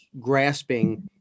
grasping